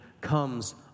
comes